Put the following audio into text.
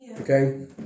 Okay